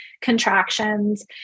contractions